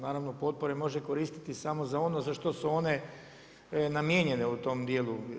Naravno potpore može koristiti samo za ono za što su one namijenjene u tom dijelu.